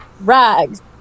rags